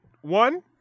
one